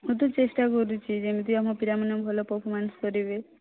ମୁଁ ତ ଚେଷ୍ଟା କରୁଛି ଯେମିତି ଆମ ପିଲାମାନେ ଭଲ ପରଫର୍ମାନ୍ସ କରିବେ